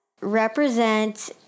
represent